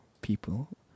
people